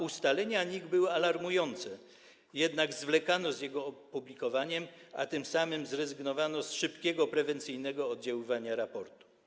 Ustalenia NIK były alarmujące, a jednak zwlekano z jego opublikowaniem, a tym samym zrezygnowano z szybkiego prewencyjnego oddziaływania raportu.